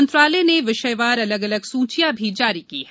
मंत्रालय ने विषयवार अलग अलग सूचियां भी जारी की है